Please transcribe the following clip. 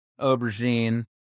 Aubergine